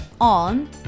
on